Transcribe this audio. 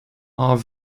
are